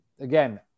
again